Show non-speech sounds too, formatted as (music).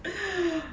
(breath)